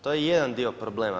To je jedan dio problema.